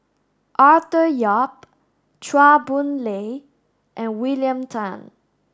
Arthur Yap Chua Boon Lay and William Tan